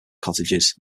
cottages